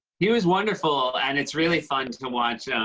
he was wonderful. and it's really fun to watch, yeah